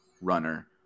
runner